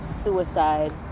suicide